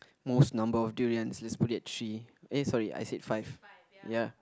most number of durians let's put it at three eh sorry I said five ya